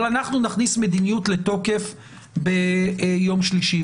אבל אנחנו נכניס מדיניות לתוקף ביום שלישי.